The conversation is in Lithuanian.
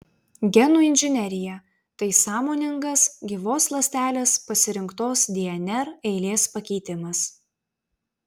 genų inžinerija tai sąmoningas gyvos ląstelės pasirinktos dnr eilės pakeitimas